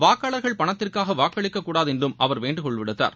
வாக்காளர்கள் பணத்திற்காக வாக்களிக்க கூடாது என்றும் அவர் வேண்டுகோள் விடுத்தார்